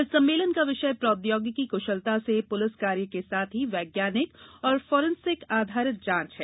इस सम्मेलन का विषय प्रौद्योगिकी कुशलता से पुलिस कार्य के साथ ही वैज्ञानिक और फॉरेंसिक आधारित जांच है